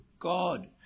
God